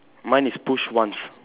mine is push once